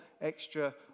extra